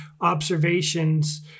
observations